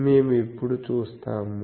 మేము ఇప్పుడు చూస్తాము